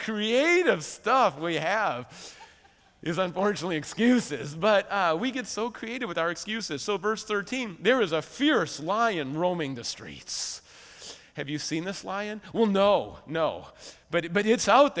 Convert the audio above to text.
creative stuff where you have is unfortunately excuses but we get so creative with our excuses so verse thirteen there is a fierce lion roaming the streets have you seen this lion well no no but it but it's out